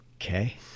Okay